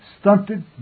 stunted